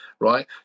right